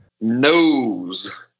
Nose